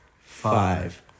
Five